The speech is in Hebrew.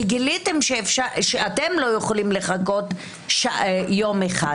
כי גיליתם שאתם לא יכולים לחכות יום אחד.